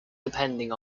depending